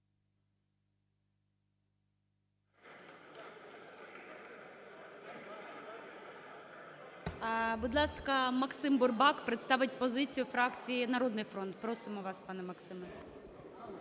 Будь ласка, Максим Бурбак представить позицію фракції "Народний фронт". Просимо вас, пане Максиме.